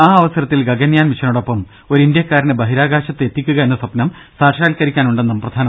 ആ അവസരത്തിൽ ഗഗൻയാൻ മിഷനോടൊപ്പം ഒരു ഇന്ത്യക്കാരനെ ബഹിരാകാശത്ത് എത്തിക്കുക എന്ന സ്വപ്നം സാക്ഷാൽക്കരിക്കാനുണ്ടെന്ന് പ്രധാനമന്ത്രി പറഞ്ഞു